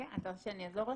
אתה רוצה שאני אעזור לך?